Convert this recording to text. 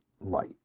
light